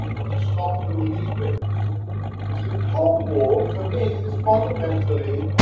to stop them leaving. so the cold war for me is fundamentally,